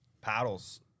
paddles